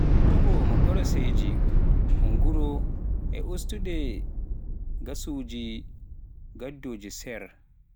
Ustugol mborosaaji nguura e ustude gaasuuji gaddooji seer.